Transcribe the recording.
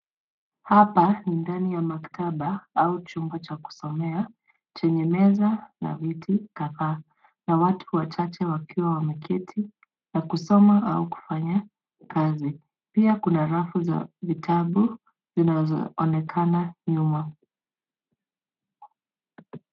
Hapa ni ndani ya maktaba au chumba cha kusomea chenye meza na viti kadhaa na watu wachache wakiwa wameketi na kusoma au kufanya kazi. Pia kuna rafu za vitabu zinazoonekana nyuma.